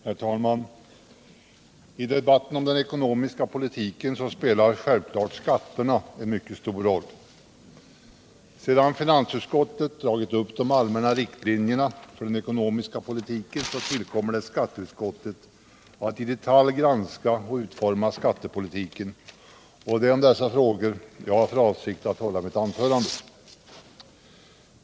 Herr talman! I debatten om den ekonomiska politiken spelar självklart skatterna en mycket stor roll. Sedan finansutskottet dragit upp de allmänna riktlinjerna för den ekonomiska politiken tillkommer det skatteutskottet att i detalj granska och utforma skattepolitiken, och det är om dessa frågor jag har för avsikt att hålla mitt anförande.